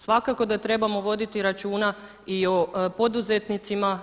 Svakako da trebamo voditi računa i o poduzetnicima.